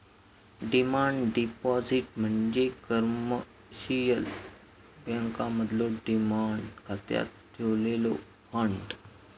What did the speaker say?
demand deposit म्हणजे commercial बँकांमधलो demand खात्यात ठेवलेलो फंड